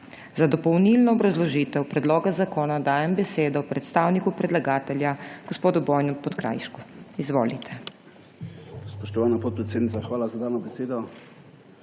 Za dopolnilno obrazložitev predloga zakona dajem besedo predstavniku predlagatelja gospodu Bojanu Podkrajšku. Izvolite.